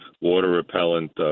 water-repellent